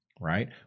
Right